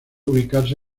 ubicarse